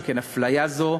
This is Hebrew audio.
שכן אפליה זו,